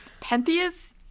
Pentheus